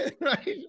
right